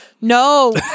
no